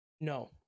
No